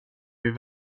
vid